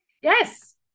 Yes